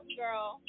girl